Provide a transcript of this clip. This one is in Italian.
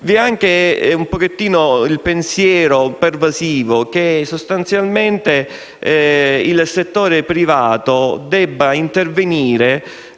Vi è anche un po' il pensiero pervasivo che sostanzialmente il settore privato debba intervenire